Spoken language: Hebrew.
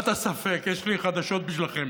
יש לי חדשות בשבילכם.